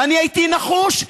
ואני הייתי נחוש,